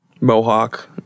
Mohawk